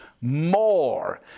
more